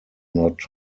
not